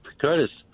Curtis